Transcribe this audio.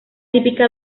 típica